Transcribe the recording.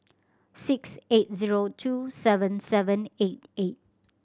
six eight zero two seven seven eight eight